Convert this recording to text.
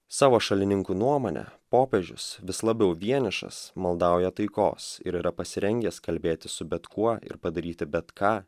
savo šalininkų nuomone popiežius vis labiau vienišas maldauja taikos ir yra pasirengęs kalbėtis su bet kuo ir padaryti bet ką